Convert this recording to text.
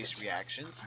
reactions